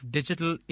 Digital